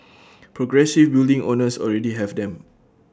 progressive building owners already have them